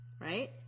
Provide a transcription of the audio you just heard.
right